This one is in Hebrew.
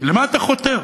למה אתה חותר?